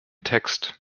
text